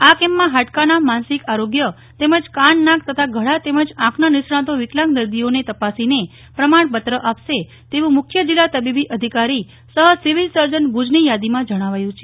આ કેમ્પમાં હાડકાનામાનસિક આરોગ્ય તેમજ કાનનાક તથા ગળા તેમજ આંખના નિષ્ણાંતો વિકલાંગ દર્દીઓને તપાસીને પ્રમાણપત્ર આપશે તેવું મુખ્ય જિલ્લા તબીબી અધિકારી સહ સિવિલ સર્જનભુજની યાદીમાં જણાવાયું છે